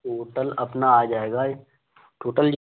total अपना आ जाएगा टोटल